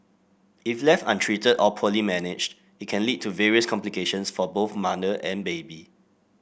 if left untreated or poorly managed it can lead to various complications for both mother and baby